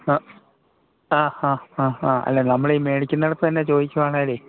ആ ആ ഹാ ഹാ ഹാ അല്ല നമ്മളീ മേടിക്കുന്നിടത്തു തന്നെ ചോദിക്കുകയാണെങ്കിലേ